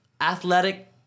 athletic